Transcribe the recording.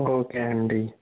okay అండి